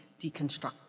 deconstruct